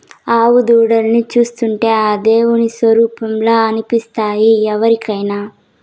ఆవు దూడల్ని చూస్తుంటే ఆ దేవుని స్వరుపంలా అనిపిస్తాయి ఎవరికైనా